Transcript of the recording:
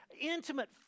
intimate